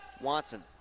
Watson